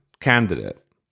candidate